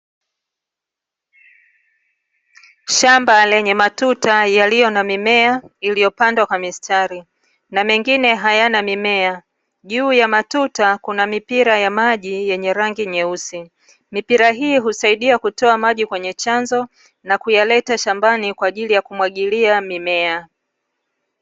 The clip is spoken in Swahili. Shamba lenye matuta yaliyo na mimea iliyopandwa kwa mistari na mengine hayana mimea. Juu ya matuta kuna mipira ya maji yenye rangi nyeusi. Mipiria hii husaidia kutoa maji kwenye chanzo na kuyaleta shambani kwa ajili ya kumwagilia mimea.